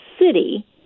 city